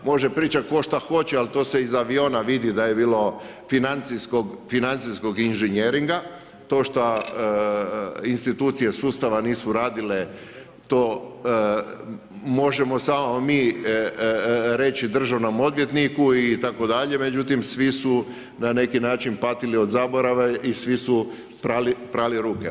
Može pričat tko šta hoće ali to se iz aviona vidi da je bilo financijskog inženjeringa, to šta institucije sustava nisu radile to, možemo samo mi reći državnom odvjetniku itd., međutim svi su na neki način patili od zaborava i svi su prali ruke.